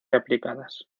aplicadas